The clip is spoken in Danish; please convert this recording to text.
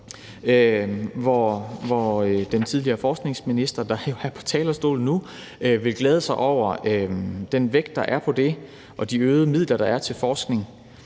Den tidligere forskningsminister, der jo står på talerstolen nu, glæder sig over den vægt, der er på det, og at der er øgede midler til forskning